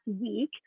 week